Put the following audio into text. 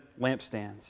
lampstands